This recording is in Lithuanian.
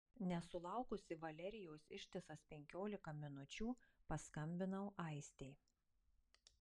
nesulaukusi valerijos ištisas penkiolika minučių paskambinau aistei